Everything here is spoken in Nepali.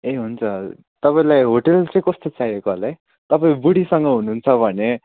ए हुन्छ तपाईँलाई होटेल चाहिँ कस्तो चाहिएको होला है तपाईँ बुढीसँग हुनुहुन्छ भने